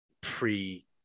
pre